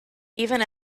even